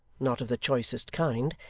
not of the choicest kind,